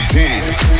dance